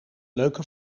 leuke